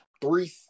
three